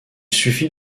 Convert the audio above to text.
suffit